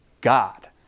God